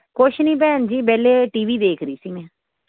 ਕੁਝ ਨਹੀਂ ਭੈਣ ਜੀ ਵਿਹਲੇ ਟੀਵੀ ਦੇਖ ਰਹੀ ਸੀ ਮੈਂ